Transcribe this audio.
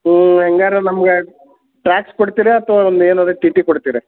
ಹ್ಞೂ ಹ್ಯಾಂಗಾರೆ ನಮ್ಗೆ ಟ್ರ್ಯಾಕ್ಸ್ ಕೊಡ್ತೀರಾ ಅಥ್ವಾ ನಮ್ದು ಏನದು ಟಿ ಟಿ ಕೊಡ್ತೀರಾ